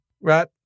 Right